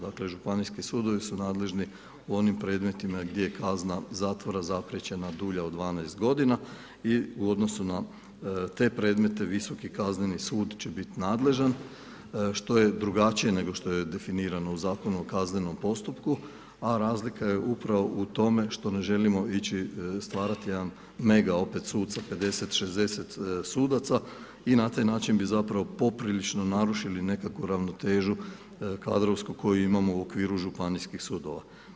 Dakle, županijski sudovi su nadležni u onim predmetima gdje je kazna zatvora zapriječena dulja od 12 godina i u odnosu na te premete Visoki kazneni sud će biti nadležan što je drugačije nego što je definirano u Zakonu o kaznenom postupku, a razlika je upravo u tome što ne želimo ići, stvarat jedan mega opet sud sa 50, 60 sudaca i na taj način bi zapravo poprilično narušili nekako ravnotežu kadrovsku koju imamo u okviru županijskih sudova.